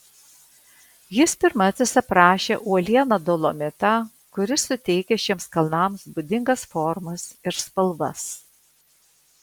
jis pirmasis aprašė uolieną dolomitą kuris suteikia šiems kalnams būdingas formas ir spalvas